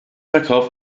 verkauf